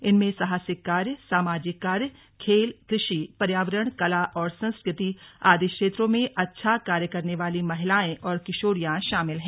इनमें साहसिक कार्य सामाजिक कार्य खेल कृषि पर्यावरण कला और संस्कृति आदि क्षेत्रों में अच्छा कार्य करने वाली महिलाएं और किशोरियां शामिल हैं